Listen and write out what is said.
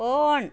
on